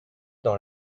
dans